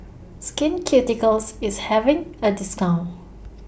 Skin Ceuticals IS having A discount